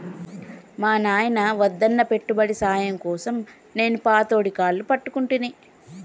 మా నాయిన వద్దన్నా పెట్టుబడి సాయం కోసం నేను పతోడి కాళ్లు పట్టుకుంటిని